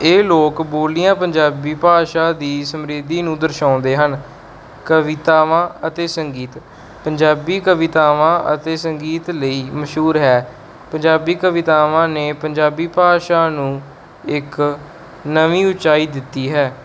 ਇਹ ਲੋਕ ਬੋਲੀਆਂ ਪੰਜਾਬੀ ਭਾਸ਼ਾ ਦੀ ਸਮਰਿਧੀ ਨੂੰ ਦਰਸਾਉਂਦੇ ਹਨ ਕਵਿਤਾਵਾਂ ਅਤੇ ਸੰਗੀਤ ਪੰਜਾਬੀ ਕਵਿਤਾਵਾਂ ਅਤੇ ਸੰਗੀਤ ਲਈ ਮਸ਼ਹੂਰ ਹੈ ਪੰਜਾਬੀ ਕਵਿਤਾਵਾਂ ਨੇ ਪੰਜਾਬੀ ਭਾਸ਼ਾ ਨੂੰ ਇੱਕ ਨਵੀਂ ਉਚਾਈ ਦਿੱਤੀ ਹੈ